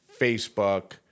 Facebook